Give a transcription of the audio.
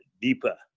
deeper